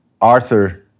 Arthur